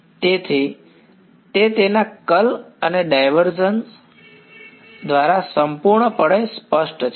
તેથી તે તેના કર્લ અને ડાયવર્ઝન્સ દ્વારા સંપૂર્ણપણે સ્પષ્ટ છે